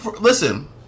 Listen